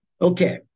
okay